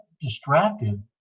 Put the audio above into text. distracted